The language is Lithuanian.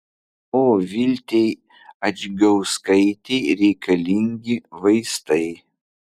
o viltei adžgauskaitei reikalingi vaistai